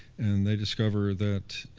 and they discovered that